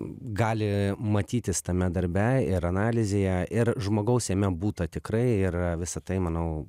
gali matytis tame darbe ir analizėje ir žmogaus jame būta tikrai ir visa tai manau